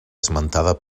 esmentada